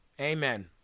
Amen